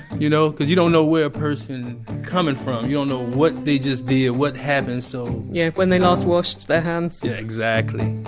you know because you don't know where a person coming from you don't know what they just did, ah what happened. so yeah when they last washed their hands! yeah, exactly!